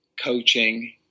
coaching